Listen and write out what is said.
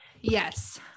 Yes